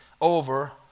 over